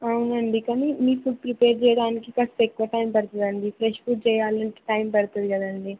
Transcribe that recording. అవునండి కానీ మీ ఫుడ్ ప్రిపేర్ చేయడానికి కాస్త ఎక్కువ టైం పడుతుందండి ఫ్రెష్ ఫుడ్ చేయాలంటే టైం పడుతుంది కదండీ